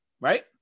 Right